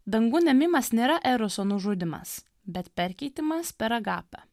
dangun ėmimas nėra eroso nužudymas bet perkeitimas per agatą